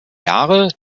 jahre